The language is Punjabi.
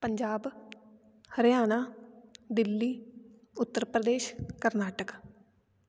ਪੰਜਾਬ ਹਰਿਆਣਾ ਦਿੱਲੀ ਉੱਤਰ ਪ੍ਰਦੇਸ਼ ਕਰਨਾਟਕ